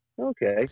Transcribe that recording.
Okay